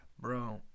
Bro